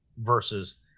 versus